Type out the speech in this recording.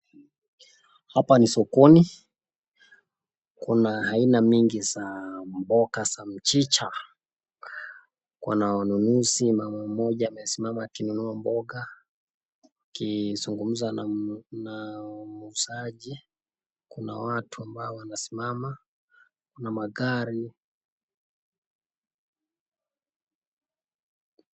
Hapa ni sokoni. Kuna aina mingi za mboga za mchicha. Kuna wanunuzi. Mama mmoja amesimama akinunua mboga akizungumza na muuzaji, kuna watu ambao wanasimama, kuna magari.